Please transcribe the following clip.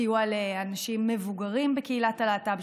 סיוע לאנשים מבוגרים בקהילת הלהט"ב,